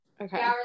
Okay